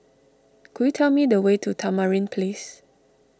could you tell me the way to Tamarind Place